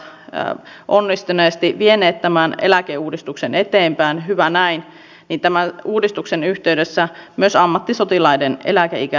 sosialidemokraattien erinomaisessa ryhmäpuheenvuorossa todettiin että hallituksella on ollut haluttomuutta ja pelkoa kuulla asiantuntijatahojen näkemyksiä